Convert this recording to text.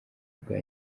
bwa